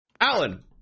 alan